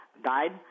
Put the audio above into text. Died